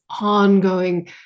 ongoing